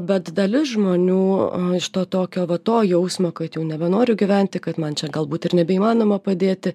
bet dalis žmonių iš to tokio va to jausmo kad jau nebenoriu gyventi kad man čia galbūt ir nebeįmanoma padėti